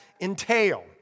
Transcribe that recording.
entail